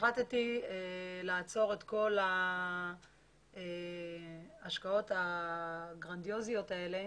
החלטתי לעצור את כל ההשקעות הגרנדיוזיות האלה.